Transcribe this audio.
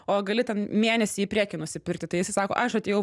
o gali ten mėnesį į priekį nusipirkti tai jisai sako aš atėjau